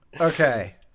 Okay